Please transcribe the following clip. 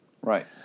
Right